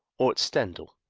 or at stendell.